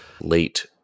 late